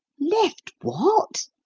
left what?